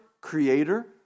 creator